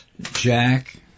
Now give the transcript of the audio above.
Jack